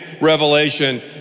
Revelation